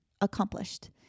accomplished